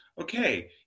okay